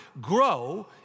grow